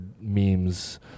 memes